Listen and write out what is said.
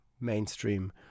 mainstream